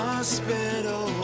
Hospital